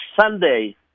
Sunday